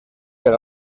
per